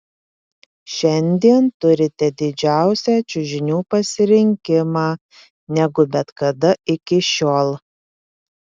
šiandien turite didžiausią čiužinių pasirinkimą negu bet kada iki šiol